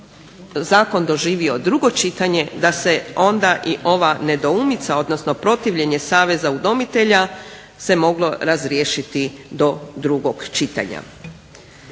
zakon doživio drugo čitanje da se onda i ova nedoumica, odnosno protivljenje Saveza udomitelja se moglo razriješiti do drugog čitanja.